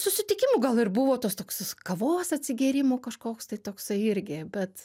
susitikimų gal ir buvo tos toks kavos atsigėrimo kažkoks tai toksai irgi bet